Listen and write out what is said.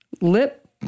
lip